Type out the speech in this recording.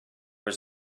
was